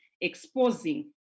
exposing